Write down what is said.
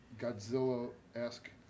Godzilla-esque